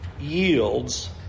yields